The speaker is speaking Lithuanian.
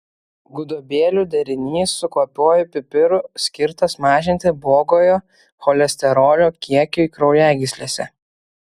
gudobelių derinys su kvapiuoju pipiru skirtas mažinti blogojo cholesterolio kiekiui kraujagyslėse